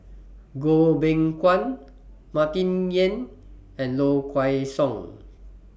Goh Beng Kwan Martin Yan and Low Kway Song